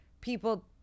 people